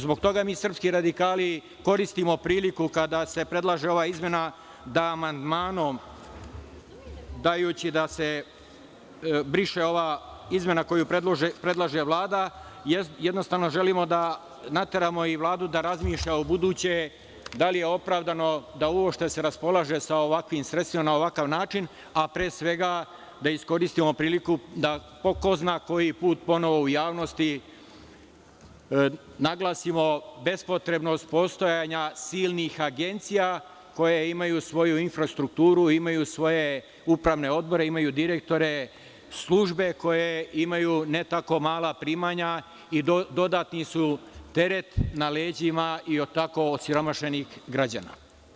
Zbog toga mi srpski radikali koristimo priliku kada se predlaže ova izmena da amandmanom, dajući se da se briše ova izmena koju predlaže Vlada, jednostavno želimo da nateramo i Vladu da razmišlja ubuduće da li je opravdano da uopšte se raspolaže sa ovakvim sredstvima na ovakav način, a pre svega da iskoristimo priliku da po ko zna koji put ponovo u javnosti naglasimo bespotrebnost postojanja silnih agencija koje imaju svoju infrastrukturu, imaju svoje upravne odbore, imaju direktore, službe koje imaju ne tako mala primanja i dodatni su teret na leđima i od tako osiromašenih građana.